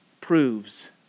proves